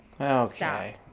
Okay